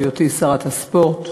בהיותי שרת הספורט,